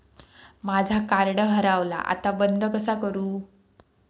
माझा कार्ड हरवला आता बंद कसा करू?